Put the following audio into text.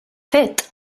fet